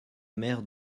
maire